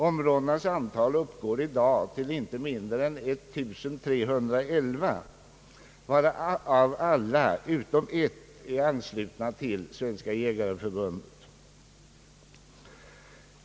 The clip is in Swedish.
Områdenas antal uppgår nu till 1 311, varav alla utom ett är anslutna till Jägareförbundet.